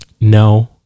No